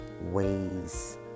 ways